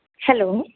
hello